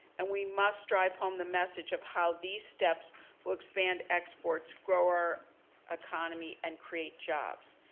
and we must drive home the message of how these steps will expand exports grow our economy and create jobs.